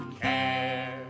care